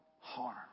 harm